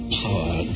power